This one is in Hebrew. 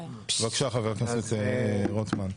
בבקשה, חבר הכנסת רוטמן.